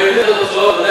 לא היו את התוצאות, היו,